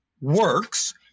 works